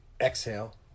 exhale